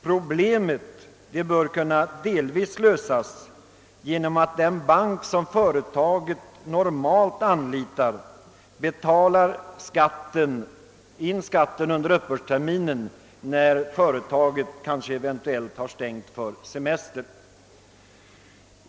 Problemet bör delvis kunna lösas genom att den bank, som företaget normalt anlitar, betalar in skatten under uppbördsterminen om företaget har stängt för semester.